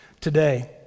today